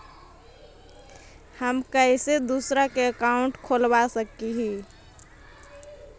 हम कैसे दूसरा का अकाउंट खोलबा सकी ही?